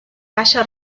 caixa